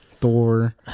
Thor